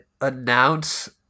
announce